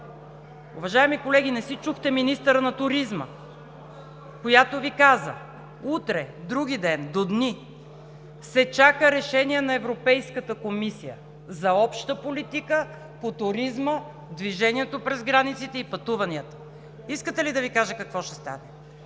Уважаеми колеги, не си чухте министъра на туризма, която Ви каза: утре, вдругиден, до дни се чака решение на Европейската комисия за обща политика по туризма, движението през границите и пътуванията. Искате ли да Ви кажа какво ще стане?